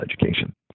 education